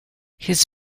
his